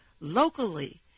locally